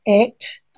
Act